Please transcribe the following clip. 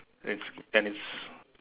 it's and it's